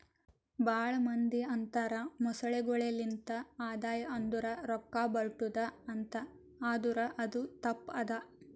ಭಾಳ ಮಂದಿ ಅಂತರ್ ಮೊಸಳೆಗೊಳೆ ಲಿಂತ್ ಆದಾಯ ಅಂದುರ್ ರೊಕ್ಕಾ ಬರ್ಟುದ್ ಅಂತ್ ಆದುರ್ ಅದು ತಪ್ಪ ಅದಾ